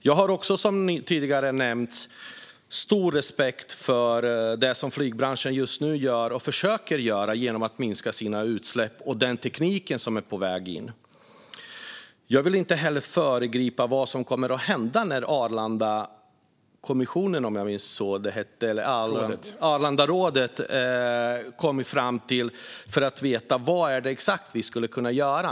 Jag har som tidigare nämnts stor respekt för det som flygbranschen just nu gör och försöker göra genom att minska sina utsläpp samt för den teknik som är på väg in. Jag vill inte heller föregripa vad som kommer att hända när Arlandarådet kommer fram till exakt vad det är vi skulle kunna göra.